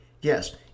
Yes